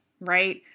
right